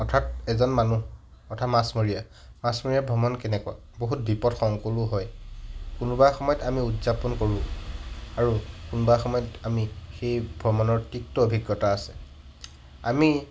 অৰ্থাৎ এজন মানুহ অথাৎ মাছমৰীয়া মাছমৰীয়া ভ্ৰমণ কেনেকুৱা বহুত বিপদসংকুলো হয় কোনোবা সময়ত আমি উদযাপন কৰোঁ আৰু কোনোবা সময়ত আমি সেই ভ্ৰমণৰ তিক্ত অভিজ্ঞতা আছে আমি